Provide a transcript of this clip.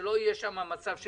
ושלא יהיה מצב לחימה,